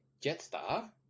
Jetstar